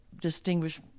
distinguish